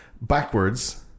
backwards